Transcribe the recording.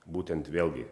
būtent vėlgi